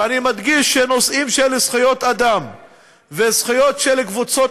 ואני מדגיש שנושאים של זכויות אדם וזכויות של קבוצות